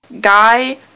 guy